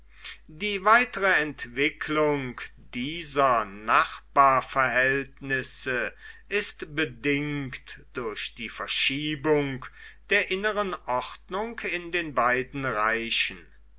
die weitere entwicklung dieser nachbarverhältnisse ist bedingt durch die verschiebung der inneren ordnung in den beiden reichen